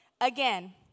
again